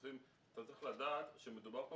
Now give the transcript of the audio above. צריך לדעת שמדובר פה